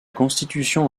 constitution